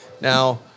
Now